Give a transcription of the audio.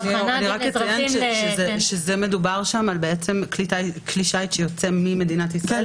מדובר שם על כלי שיט שיוצא ממדינת ישראל.